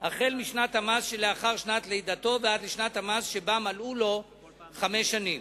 החל משנת המס שלאחר שנת לידתו ועד לשנת המס שבה מלאו לו חמש שנים.